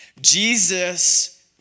Jesus